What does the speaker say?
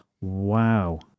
wow